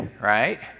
right